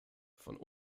von